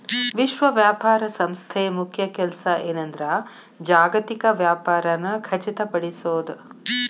ವಿಶ್ವ ವ್ಯಾಪಾರ ಸಂಸ್ಥೆ ಮುಖ್ಯ ಕೆಲ್ಸ ಏನಂದ್ರ ಜಾಗತಿಕ ವ್ಯಾಪಾರನ ಖಚಿತಪಡಿಸೋದ್